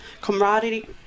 camaraderie